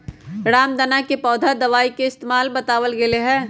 रामदाना के पौधा दवाई के इस्तेमाल बतावल गैले है